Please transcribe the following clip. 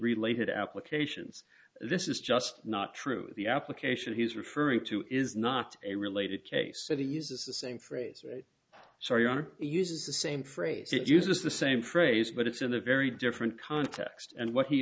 related applications this is just not true the application he was referring to is not a related case that he uses the same phrase right sorry are uses the same phrase it uses the same phrase but it's in a very different context and what he